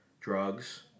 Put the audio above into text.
drugs